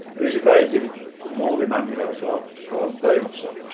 he was a very holy man, you know, as well. oh, ah very much so.